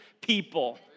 people